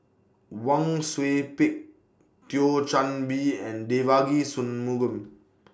Wang Sui Pick Thio Chan Bee and Devagi Sanmugam